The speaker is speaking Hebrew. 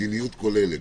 מדיניות כוללת,